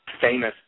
famous